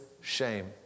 shame